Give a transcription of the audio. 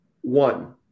one